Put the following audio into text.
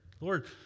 Lord